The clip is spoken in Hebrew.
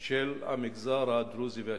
של המגזר הדרוזי והצ'רקסי.